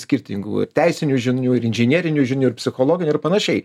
skirtingų teisinių žinių ir inžinerinių žinių ir psichologinių ir panašiai